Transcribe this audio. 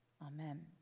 Amen